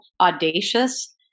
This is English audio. audacious